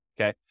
okay